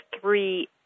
three